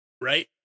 right